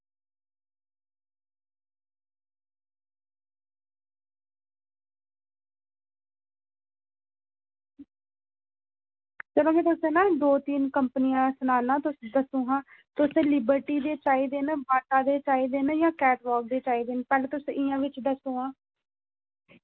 चलो में तुसेंई ना दो तिन कंपनियां सनाना तुस दस्सो हां तुसें लिबर्टी दे चाहिदे न बाटा दे चाहिदे न जां कैटवॉक दे चाहिदे न पैह्लें तुस इं'दे बिच्चा दस्सो हां